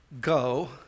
go